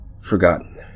Forgotten